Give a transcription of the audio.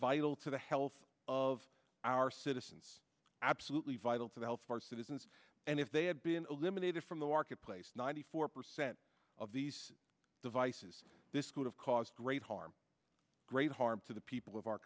vital to the health of our citizens absolutely vital to the health of our citizens and if they have been eliminated from the marketplace ninety four percent of these devices this could have caused great harm great harm to the people o